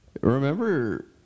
Remember